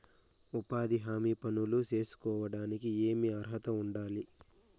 ఉపాధి హామీ పనులు సేసుకోవడానికి ఏమి అర్హత ఉండాలి?